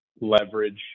leverage